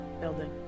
building